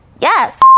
Yes